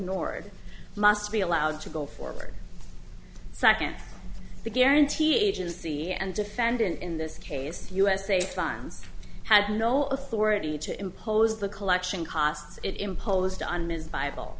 nord must be allowed to go forward second the guarantee agency and defendant in this case usa funds had no authority to impose the collection costs it imposed on ms bible